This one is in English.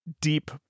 deep